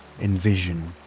envision